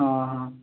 ହଁ ହଁ